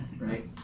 right